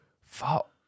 Fuck